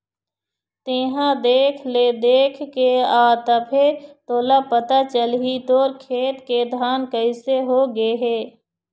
तेंहा देख ले देखके आ तभे तोला पता चलही तोर खेत के धान कइसे हो गे हे